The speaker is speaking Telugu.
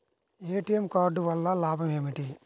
ఏ.టీ.ఎం కార్డు వల్ల లాభం ఏమిటి?